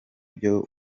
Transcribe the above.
byo